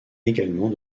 également